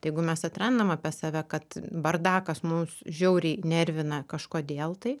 tai jeigu mes atrandam apie save kad bardakas mus žiauriai nervina kažkodėl tai